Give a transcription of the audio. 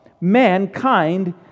mankind